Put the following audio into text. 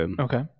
Okay